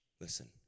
Listen